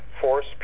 force